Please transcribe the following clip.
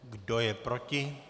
Kdo je proti?